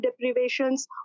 deprivations